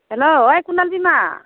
hello ओइ कुनाल बिमा